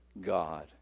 God